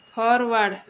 forward